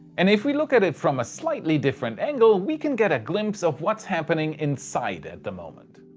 and if we look at it from a slightly different angle, we can get a glimpse, of what's happening inside at the moment.